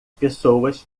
pessoas